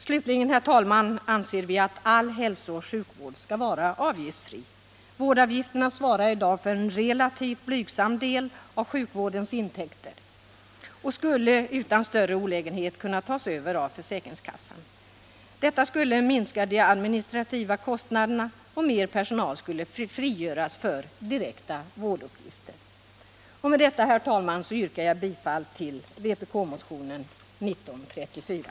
Slutligen, herr talman, anser vi att all hälsooch sjukvård skall vara avgiftsfri. Vårdavgifterna svarar i dag för en relativt blygsam del av sjukvårdens intäkter och skulle utan större olägenhet kunna tas över av försäkringskassan. Detta skulle minska de administrativa kostnaderna, och mer personal skulle frigöras för direkta vårduppgifter. Med detta, herr talman, yrkar jag bifall till vpk-motionen 1934.